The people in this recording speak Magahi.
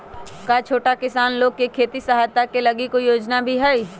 का छोटा किसान लोग के खेती सहायता के लगी कोई योजना भी हई?